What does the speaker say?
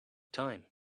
time